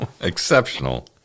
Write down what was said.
Exceptional